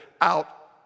out